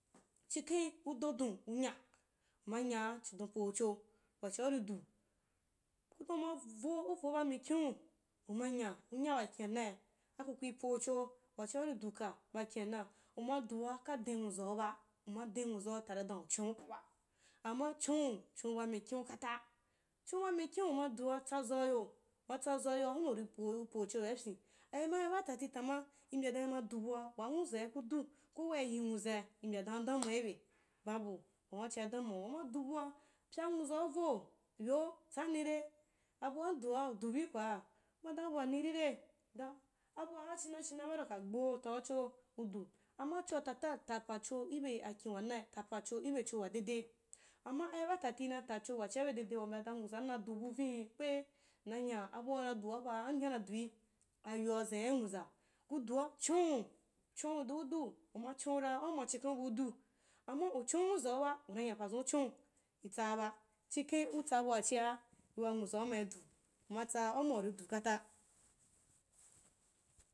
Chiken udodun u nya, chidon pocho wachia uridu, ku dan umava uvo ba mikin u, umanya unta ba kin anai aku kui pocho wachia uriduka ba kin ani uma dua ka de nwuzauba uma den nwuzau tara dan uchin ukuba, amma choniu choni ba mikino kata, chon’u ba mikinu udau tsazauyo uma tsa zauyoa hunnu hunnu uri po-po xho waipyin aimai ba tati tama, imbya dan ima dubua waa nwu zai kudu ko waa iyi nwuzai imbya dan adamuwa iei, babu wahu’a chia damuwa ba, uma dubua pya nwu zauvo to tsannire abua ndua udu bui kwaa? Kuma dan abua niri re? Dan, aburha china china bare uka gbeu taucho kudu amma choa tata tapaacho ibe kin wanai tapacho ihexho wadedeamma ai ba tati inata chow a c hi awa debeb, una mbya nwuzam na dubu, vini wei nna nya abua una duapa dui, ayoa zani nwuza kudua chon’u cho’udu udu umma chon’ura auma chiken ubi udu, amma u chonu nwuzauba una nya pazun uchon’u itsaa ba, chikhen utsa bua chia nwuzauma idu umatsaa auma uridu kata